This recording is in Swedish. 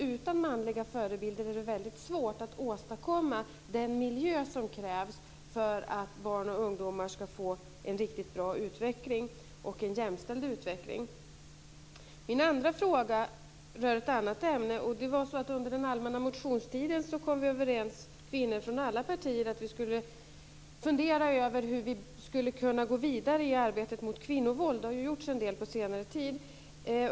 Utan manliga förebilder är det väldigt svårt att åstadkomma den miljö som krävs för att barn och ungdomar ska få en riktigt bra utveckling och en jämställd utveckling. Min andra fråga rör ett annat ämne. Under den allmänna motionstiden kom vi kvinnor från alla partier överens om att vi skulle fundera över hur vi skulle kunna vidare i arbetet mot kvinnovåld. Det har ju gjorts en del på senare tid.